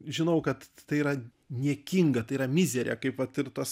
žinau kad tai yra niekinga tai yra mizerė kaip vat ir tos